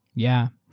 yeah.